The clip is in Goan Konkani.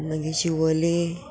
मागीर शिवोली